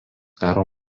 karo